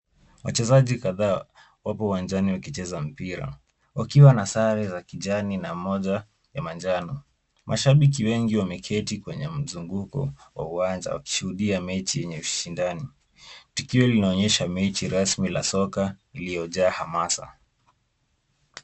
Wachezaji kadhaa wapo uwanjani wakicheza mpira, wakiwa na sare za kijani na moja ya manjano, mashabiki wengi wameketi kwenye mzunguko wa uwanja wakishuhudia mechi yenye ushindani, tukio linaonyesha mechi rasmi la soka iliyojaa hamasa.